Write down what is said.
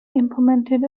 implemented